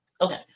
Okay